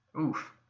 Oof